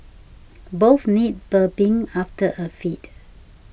both need burping after a feed